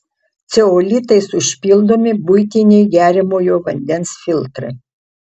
ceolitais užpildomi buitiniai geriamojo vandens filtrai